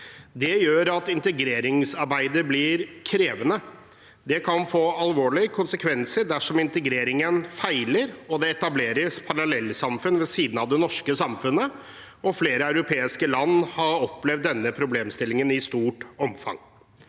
Det gjør at integreringsarbeidet blir krevende. Det kan få alvorlige konsekvenser dersom integreringen feiler og det etableres parallellsamfunn ved siden av det norske samfunnet. Flere europeiske land har opplevd denne problemstillingen i stort omfang.